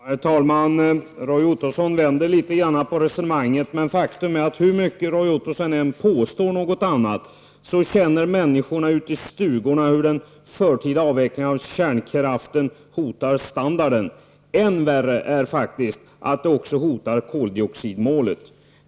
Herr talman! Roy Ottosson vänder litet grand på resonemanget. Men faktum är att hur mycket Roy Ottosson än påstår något annat, känner människorna i stugorna hur den förtida avvecklingen av kärnkraften hotar standarden. Än värre är att den faktiskt hotar koldioxidmålet.